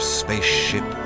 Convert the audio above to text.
spaceship